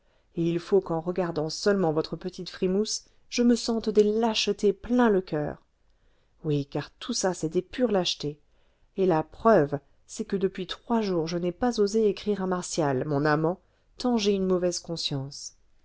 et il faut qu'en regardant seulement votre petite frimousse je me sente des lâchetés plein le coeur oui car tout ça c'est des pures lâchetés et la preuve c'est que depuis trois jours je n'ai pas osé écrire à martial mon amant tant j'ai une mauvaise conscience